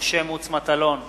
משה מטלון,